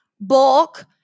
bulk